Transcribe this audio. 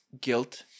guilt